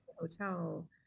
hotel